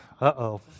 Uh-oh